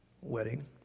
wedding